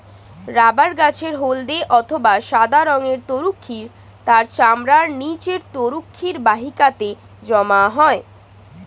rubber গাছের হল্দে অথবা সাদা রঙের তরুক্ষীর তার চামড়ার নিচে তরুক্ষীর বাহিকাতে জমা হয়